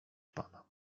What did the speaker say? pana